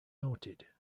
noted